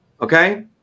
Okay